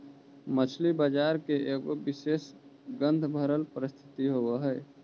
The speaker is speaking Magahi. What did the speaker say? मछली बजार के एगो विशेष गंधभरल परिस्थिति होब हई